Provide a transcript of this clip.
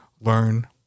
learn